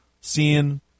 seeing